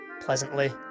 pleasantly